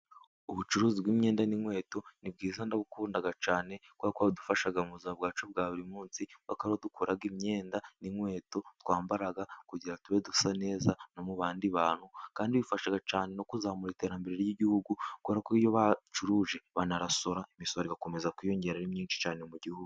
Ubucuruzi bw'imyenda n'inkweto ni bwiza ndabukundaga cyane, kubera ko bidufasha mu buzima bwacu bwa buri munsi, kubera ko ari ho dukura imyenda n'inkweto twambaraga kugira tube dusa neza no mu bandi bantu, kandi bifasha cyane no kuzamura iterambere ry'igihugu, kubera ko iyo bacuruje baranasora, imisoro igakomeza kwiyongera ari myinshi cyane mu gihugu.